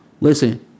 Listen